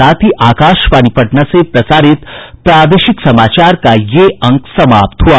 इसके साथ ही आकाशवाणी पटना से प्रसारित प्रादेशिक समाचार का ये अंक समाप्त हुआ